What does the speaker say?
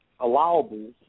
Allowable